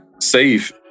safe